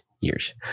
years